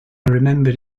remembered